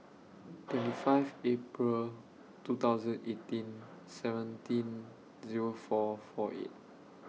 twenty five April two thousand eighteen seventeen Zero four four eight